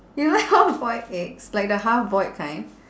you like half boiled eggs like the half boiled kind